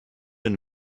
been